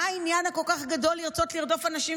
מה העניין הכל-כך גדול לרצות לרדוף אנשים